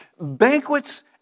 Banquets